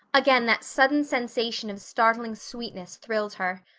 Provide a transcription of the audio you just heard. again that sudden sensation of startling sweetness thrilled her.